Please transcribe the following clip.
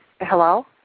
Hello